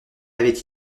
avait